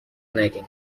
نگین